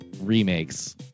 remakes